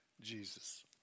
Jesus